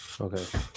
Okay